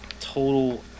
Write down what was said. total